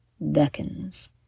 beckons